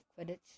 Quidditch